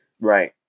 right